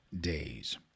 days